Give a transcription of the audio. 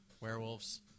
Werewolves